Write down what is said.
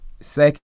Second